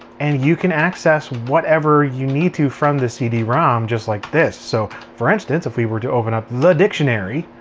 and you can access whatever you need to from the cd-rom just like this. so for instance, if we were to open up the dictionary,